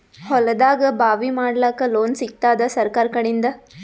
ಹೊಲದಾಗಬಾವಿ ಮಾಡಲಾಕ ಲೋನ್ ಸಿಗತ್ತಾದ ಸರ್ಕಾರಕಡಿಂದ?